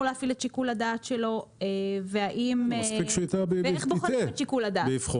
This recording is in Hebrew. להפעיל את שיקול הדעת שלו ואיך בוחנים את שיקול הדעת.